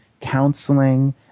counseling